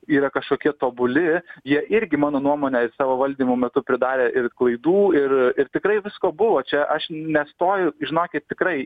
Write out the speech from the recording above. yra kažkokie tobuli jie irgi mano nuomone savo valdymo metu pridarė ir klaidų ir ir tikrai visko buvo čia aš nestoju žinokit tikrai